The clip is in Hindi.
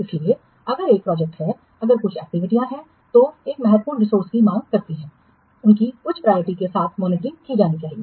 इसलिए अगर एक प्रोजेक्ट है अगर कुछ एक्टिविटीयां हैं जो एक महत्वपूर्ण रिसोर्सेज की मांग करती हैं उनकी उच्च प्रायोरिटी के साथ मॉनिटरिंग की जानी चाहिए